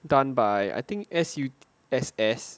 done by I think S_U_S_S